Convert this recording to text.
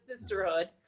sisterhood